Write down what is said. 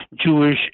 Jewish